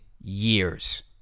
years